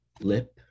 lip